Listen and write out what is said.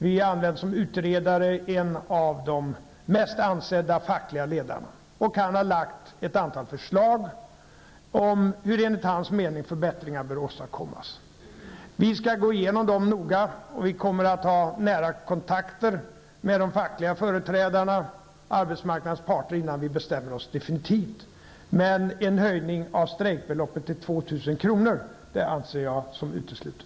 Som utredare anlitades en av de mest ansedda fackliga ledarna. Utredaren har lagt fram ett antal förslag om hur enligt hans mening förbättringar bör åstadkommas. Innan vi bestämmer oss definitivt skall vi noga gå igenom dessa förslag, och vi kommer att ha nära kontakter med de fackliga företrädarna och arbetsmarknadens parter. Men en höjning av strejkbeloppet till 2000 kr. anser jag vara utesluten.